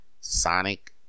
Sonic